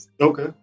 Okay